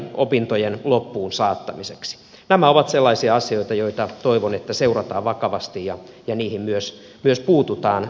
toivon että nämä ovat sellaisia asioita joita seurataan vakavasti ja joihin myös puututaan tarpeen mukaan